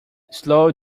slow